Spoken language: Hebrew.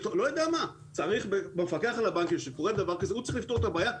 כשקורה דבר כזה,